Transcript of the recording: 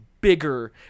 bigger